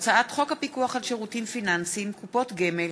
הצעת חוק הפיקוח על שירותים פיננסיים (קופות גמל)